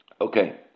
Okay